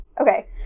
Okay